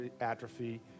atrophy